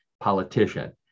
politician